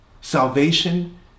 Salvation